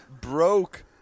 Broke